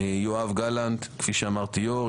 יואב גלנט היו"ר,